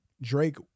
Drake